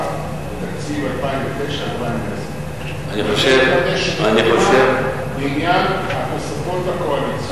בתקציב 2009 2010. אתה לא מחדש מאומה לעניין התוספות הקואליציוניות.